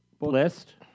List